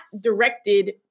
directed